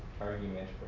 argument